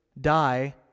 die